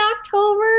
October